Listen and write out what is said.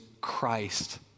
Christ